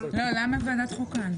למה לוועדת החוקה?